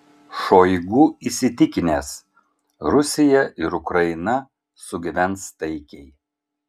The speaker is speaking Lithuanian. šoigu įsitikinęs rusija ir ukraina sugyvens taikiai